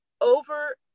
over